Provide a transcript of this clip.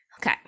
Okay